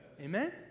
Amen